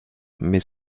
mais